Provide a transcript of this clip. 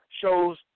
shows